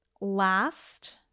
Last